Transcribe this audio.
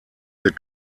wird